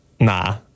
nah